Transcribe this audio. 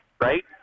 right